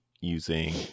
using